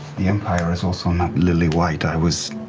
the empire is also not lily-white. i was